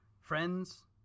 friends